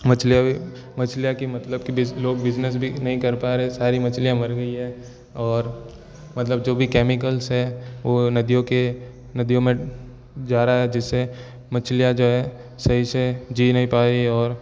मछलियाँ भी मछलियाँ कि मतलब कि लोग बिज़नेस भी नहीं कर पा रहे सारी मछलियाँ मर गई हैं और मतलब जो भी केमिकल्स है वो नदियों के नदियों में जा रहा है जिससे मछलियाँ जो है सही से जी नहीं पा रही हैं और